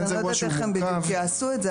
ואני לא יודעת איך בדיוק הם יעשו את זה,